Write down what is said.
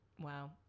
wow